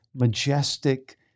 majestic